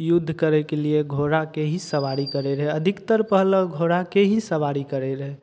युद्ध करयके लिए घोड़ाके ही सवारी करैत रहै अधिकतर पहिले घोड़ाके ही सवारी करैत रहै